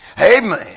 amen